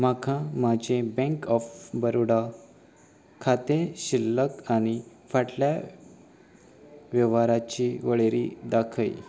म्हाका म्हाजें bank of Baroda खातें शिल्लक आनी फाटल्या वेव्हाराची वळेरी दाखय